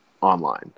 online